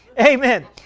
Amen